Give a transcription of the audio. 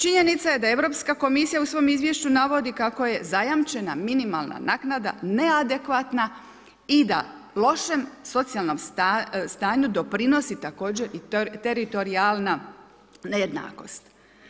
Činjenica je da Europska komisija u svom izvješću navodi kako je zajamčena minimalna naknada neadekvatna i da lošem socijalnom stanju doprinosi također i teritorijalna nejednakost.